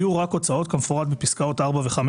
יהיו רק הוצאות כמפורט בפסקאות (4) ו-(5)